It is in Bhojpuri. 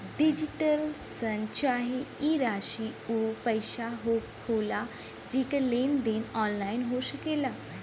डिजिटल शन चाहे ई राशी ऊ पइसा होला जेकर लेन देन ऑनलाइन हो सकेला